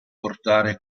portare